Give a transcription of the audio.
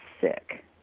sick